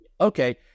okay